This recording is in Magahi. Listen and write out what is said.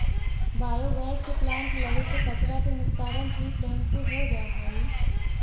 बायोगैस के प्लांट लगे से कचरा के निस्तारण ठीक ढंग से हो जा हई